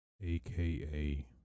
AKA